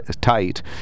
tight